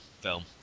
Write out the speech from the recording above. film